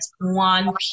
one